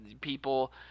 people